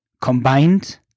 combined